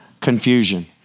confusion